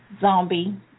zombie